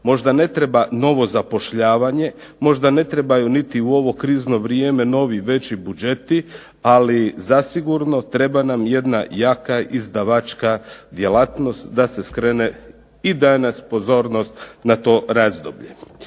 Možda ne treba novo zapošljavanje, možda ne trebaju niti u ovo krizno vrijeme novi, veći budžeti, ali zasigurno treba nam jedna jaka izdavačka djelatnost da se skrene i danas pozornost na to razdoblje.